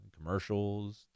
commercials